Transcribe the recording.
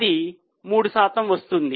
అది 3 శాతం వస్తుంది